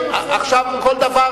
גם אני מתלונן על הפקרות,